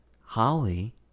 Holly